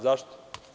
Zašto?